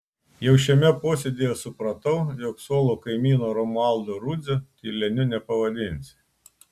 jau šiame posėdyje supratau jog suolo kaimyno romualdo rudzio tyleniu nepavadinsi